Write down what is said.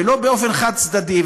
ולא באופן חד-צדדי.